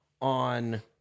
on